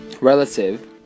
relative